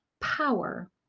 power